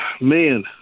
man